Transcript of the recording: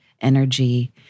energy